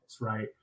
right